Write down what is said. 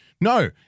no